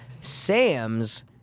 Sam's